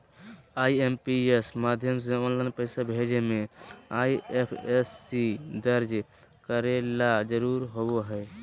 IMPS माध्यम से online पैसा भेजे मे आई.एफ.एस.सी दर्ज करे ला जरूरी होबो हय